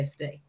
50